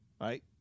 Right